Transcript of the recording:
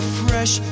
fresh